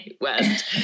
West